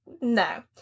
no